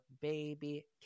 baby